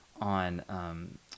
on